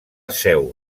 seu